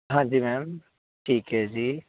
ਹਾਂਜੀ ਮੈਮ ਠੀਕ ਹੈ ਜੀ